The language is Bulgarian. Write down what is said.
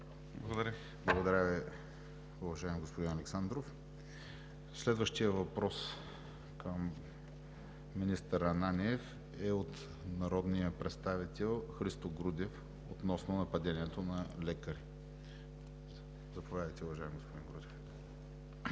Благодаря Ви, уважаеми господин Александров. Следващият въпрос към министър Ананиев е от народния представител Христо Грудев и е относно нападението над лекари. Заповядайте, уважаеми господин Грудев.